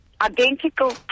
identical